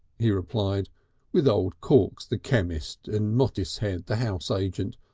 he replied with old corks, the chemist, and mottishead, the house agent,